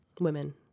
women